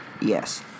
Yes